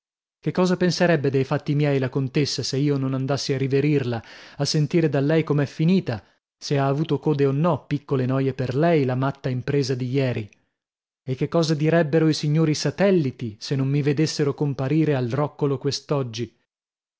che cosa penserebbe dei fatti miei la contessa se io non andassi a riverirla a sentire da lei com'è finita se ha avuto code o no piccole noie per lei la matta impresa di ieri e che cosa direbbero i signori satelliti se non mi vedessero comparire al roccolo